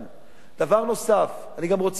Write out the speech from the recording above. דבר נוסף, אני גם רוצה להודות,